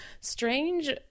strange